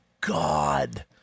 god